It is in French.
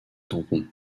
tampon